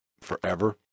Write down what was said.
forever